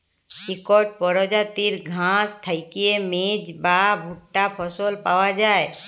ইকট পরজাতির ঘাঁস থ্যাইকে মেজ বা ভুট্টা ফসল পাউয়া যায়